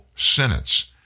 sentence